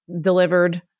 delivered